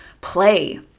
play